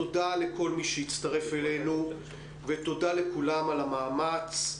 תודה לכל מי שהצטרף אלינו ותודה לכולם על המאמץ.